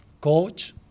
coach